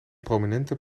prominente